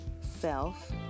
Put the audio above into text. self